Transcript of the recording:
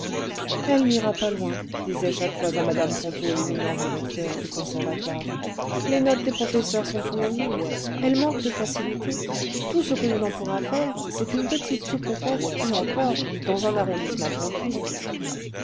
elle n'ira pas loin disait chaque fois à mme ponto l'éminent directeur du conservatoire les notes des professeurs sont unanimes elle manque de facilités tout ce qu'on en pourra faire c'est une petite sous-préfète et encore dans un arrondissement tranquille